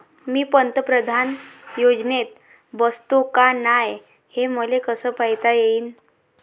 मी पंतप्रधान योजनेत बसतो का नाय, हे मले कस पायता येईन?